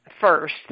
first